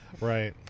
Right